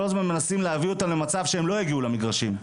כל הזמן מנסים להביא אותם למצב שהם לא יגיעו למגרשים.